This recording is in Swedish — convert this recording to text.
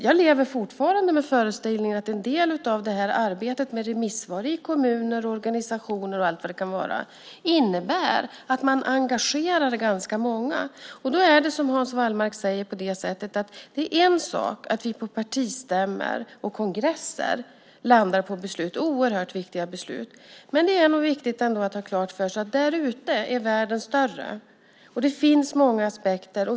Jag lever fortfarande i föreställningen att en del av arbetet med remissvar i kommuner, organisationer och allt vad det kan vara innebär att man engagerar ganska många. Det är, som Hans Wallmark säger, en sak att vi på partistämmor och kongresser landar på oerhört viktiga beslut, men samtidigt är det viktigt att ha klart för sig att världen är större där ute. Det finns många aspekter.